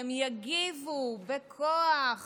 שהם יגיבו בכוח